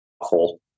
awful